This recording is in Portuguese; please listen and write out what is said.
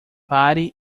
pare